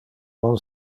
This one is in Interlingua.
non